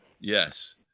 Yes